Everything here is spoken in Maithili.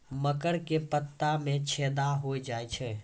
मकर के पत्ता मां छेदा हो जाए छै?